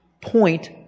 point